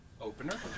Opener